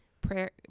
Prayer